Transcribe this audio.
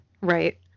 Right